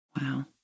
Wow